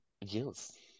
Yes